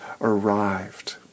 arrived